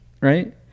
right